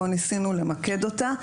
פה ניסינו למקד אותה.